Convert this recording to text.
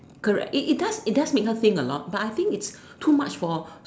correct it does it does make her think a lot but I think its too much for